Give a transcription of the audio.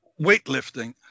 weightlifting